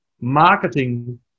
marketing